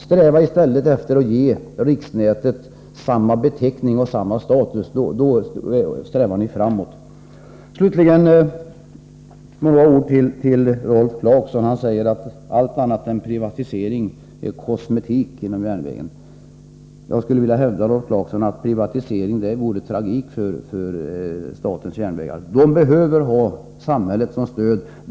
Sträva i stället efter att ge riksnätet samma beteckning och status! Då strävar ni framåt. Slutligen några ord till Rolf Clarkson. Han säger att allt annat än privatisering inom järnvägen är kosmetik. Jag hävdar, Rolf Ciarkson, att privatisering vore tragik för statens järnvägar. SJ behöver ha samhället som stöd.